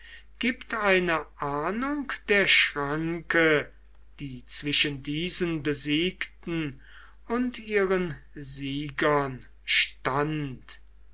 gibt eine ahnung der schranke die zwischen diesen besiegten und ihren siegern stand